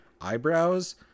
eyebrows